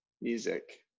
Music